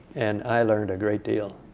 and i learned a great deal.